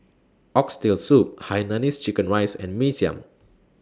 Oxtail Soup Hainanese Chicken Rice and Mee Siam